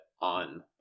on